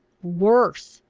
worse!